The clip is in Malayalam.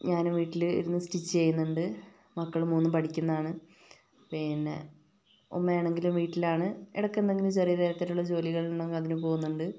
ഞാനും വീട്ടിലിരുന്ന് സ്റ്റിച്ച് ചെയ്യുന്നുണ്ട് മക്കള് മൂന്നും പഠിക്കുന്നതാണ് പിന്നെ ഉമ്മ ആണെങ്കിലും വീട്ടിലാണ് ഇടക്കെന്തെങ്കിലും ചെറിയതരത്തിലുള്ള ജോലികളുണ്ടെങ്കിൽ അതിന് പോകുന്നുണ്ട്